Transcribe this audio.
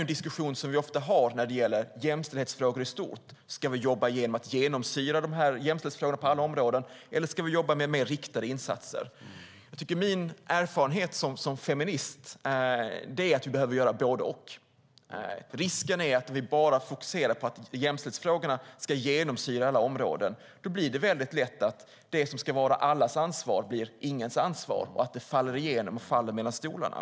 En diskussion som vi ofta har när det gäller jämställdhetsfrågor i stort är: Ska vi jobba genom att få jämställdhetsfrågorna att genomsyra alla områden, eller ska vi jobba med mer riktade insatser? Min erfarenhet som feminist är att vi behöver göra både och. Risken är att vi bara fokuserar på att jämställdhetsfrågorna ska genomsyra alla områden. Då blir det lätt så att det som ska vara allas ansvar blir ingens ansvar och att frågorna faller mellan stolarna.